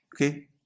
okay